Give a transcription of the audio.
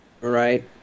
Right